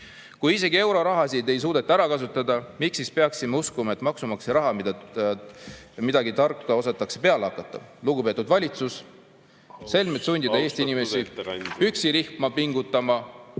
Kui isegi euroraha ei suudeta ära kasutada, miks siis peaksime uskuma, et maksumaksja rahaga midagi tarka osatakse peale hakata? Lugupeetud valitsus! Austatud ettekandja … Selmet sundida Eesti inimesi püksirihma pingutama,